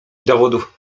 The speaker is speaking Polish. dowodów